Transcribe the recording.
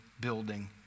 building